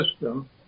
system